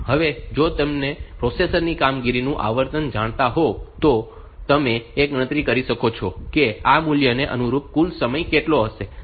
હવે જો તમે પ્રોસેસરની કામગીરીનું આવર્તન જાણતા હોવ તો તમે એ ગણતરી કરી શકો છો કે આ મૂલ્યને અનુરૂપ કુલ સમય કેટલો હશે